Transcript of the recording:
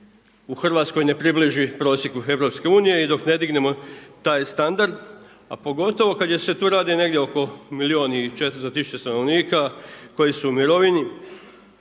u Hrvatskoj ne približi prosjeku EU i dok ne dignemo taj standard a pogotovo kada se tu radi negdje oko milijun i 400 tisuća stanovnika koji su u mirovini